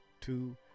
Two